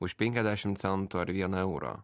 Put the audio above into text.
už penkiasdešimt centų ar vieną eurą